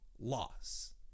Loss